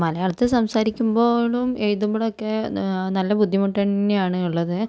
മലയാളത്തിൽ സംസാരിക്കുമ്പോളും എഴുതുമ്പോളൊക്കെ നല്ല ബുദ്ധിമുട്ടുതന്നെയാണ് ഉള്ളത്